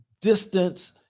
distance